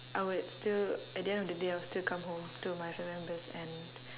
I would still at the end of the day I would still come home to my family members and